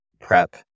prep